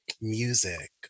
music